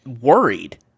worried